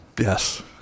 Yes